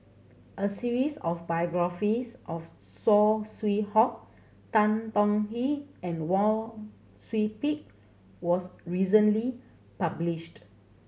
a series of biographies of Saw Swee Hock Tan Tong Hye and Wang Sui Pick was recently published